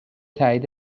تایید